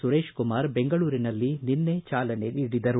ಸುರೇಶ್ಕುಮಾರ್ ಬೆಂಗಳೂರಿನಲ್ಲಿ ನಿನ್ನೆ ಚಾಲನೆ ನೀಡಿದರು